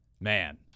Man